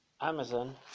Amazon